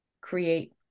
create